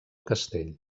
castell